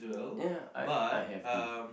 ya I I have to